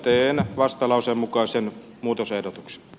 teen vastalauseen mukaisen muutosehdotuksen